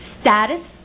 status